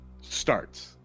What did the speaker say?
starts